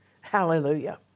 Hallelujah